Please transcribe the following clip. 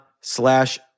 slash